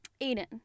Aiden